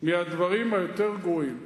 מהדברים היותר גרועים.